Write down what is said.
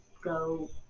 go